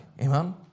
amen